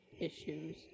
issues